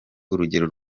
urugero